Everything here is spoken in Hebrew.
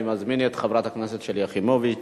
אני מזמין את חברת הכנסת שלי יחימוביץ,